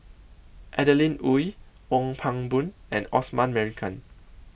Adeline Ooi Ong Pang Boon and Osman Merican